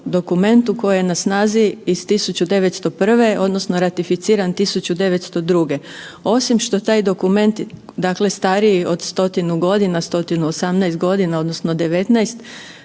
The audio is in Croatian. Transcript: dokumentu koji je na snazi iz 1901. Odnosno ratificiran 1902. Osim što taj dokument stariji od stotinu godina, 118 odnosno 119 nije